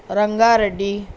Rangareddy